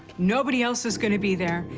nobody else is going to be there,